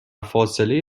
فاصله